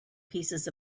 pieces